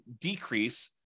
decrease